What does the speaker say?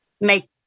make